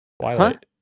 Twilight